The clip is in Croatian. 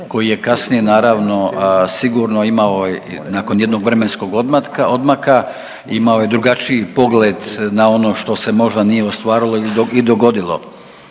koji je kasnije naravno sigurno imao nakon jednog vremenskog odmaka imao je drugačiji pogled na ono što se možda nije ostvarilo i dogodilo.